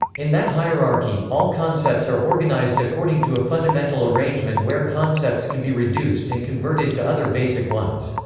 in that hierarchy, all concepts are organized according to a fundamental arrangement where concepts can be reduced and converted to other basic ones.